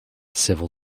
civil